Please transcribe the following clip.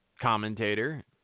commentator